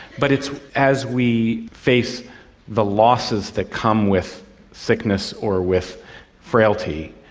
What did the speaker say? but it's as we face the losses that come with sickness or with frailty,